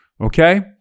Okay